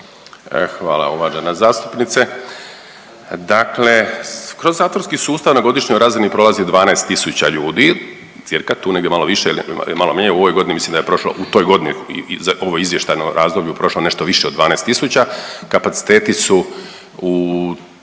Hvala uvažena zastupnice. Dakle, kroz zatvorski sustav na godišnjoj razini prolazi 12 tisuća ljudi cca tu negdje malo više ili negdje malo manje, u ovoj godini mislim da je prošlo, u toj godini za ovo izvještajno razdoblje prošlo je nešto više od 12 tisuća. Kapaciteti su u